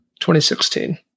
2016